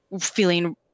feeling